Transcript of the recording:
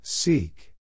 Seek